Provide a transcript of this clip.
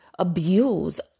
Abuse